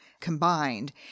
combined